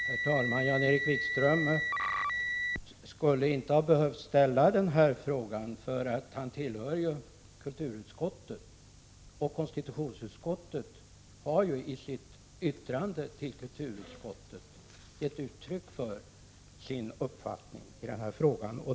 Herr talman! Jan-Erik Wikström skulle inte ha behövt ställa den frågan, eftersom han tillhör kulturutskottet, och konstitutionsutskottet har ju i sitt yttrande till kulturutskottet gett uttryck för sin uppfattning i denna sak.